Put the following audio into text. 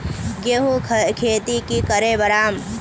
गेंहू खेती की करे बढ़ाम?